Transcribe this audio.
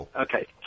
Okay